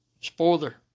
spoiler